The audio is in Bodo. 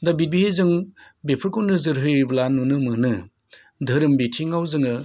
दा बे जों बेफोरखौनो नोजोर होयोब्ला नुनो मोनो दोरोम बिथिंआव जोङो